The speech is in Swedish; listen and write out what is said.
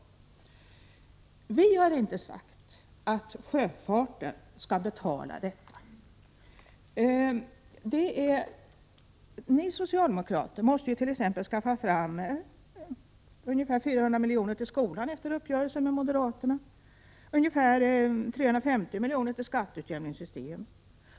Vi har inte sagt att sjöfarten skall betala detta. Ni socialdemokrater måste ju t.ex. få fram ungefär 400 miljoner till skolan efter en uppgörelse med moderaterna och ungefär 350 miljoner till skatteutjämningssystemet.